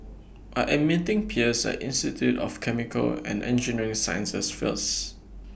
I Am meeting Pierce At Institute of Chemical and Engineering Sciences feels